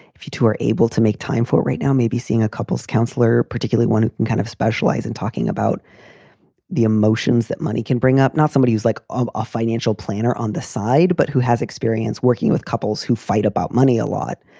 if you two are able to make time for right now, maybe seeing a couples counselor particularly want to kind of specialize in talking about the emotions that money can bring up. not somebody who's like a um ah financial planner on the side, but who has experience working with couples who fight about money a lot.